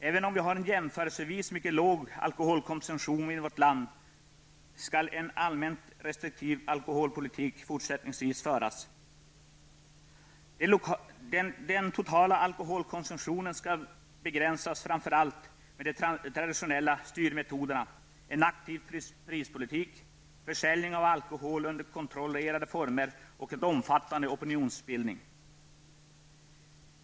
Även om vi har en jämförelsevis mycket låg alkoholkonsumtion i vårt land skall en allmänt restriktiv alkoholpolitik fortsättningsvis föras. Den totala alkoholkonsumtionen skall begränsas framför allt med de traditionella styrmetoderna -- en aktiv prispolitik, försäljning av alkohol under kontrollerade former och en omfattande opinionsbildning.